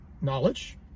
knowledge